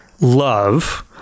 love